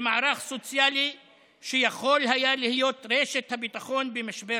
במערך סוציאלי שיכול היה להיות רשת הביטחון במשבר